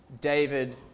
David